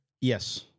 Yes